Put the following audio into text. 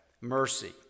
mercy